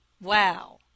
Wow